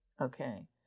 okay